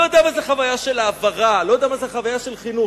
לא יודע מה זו חרדה של העברה ולא יודע מה זה העברה של חינוך.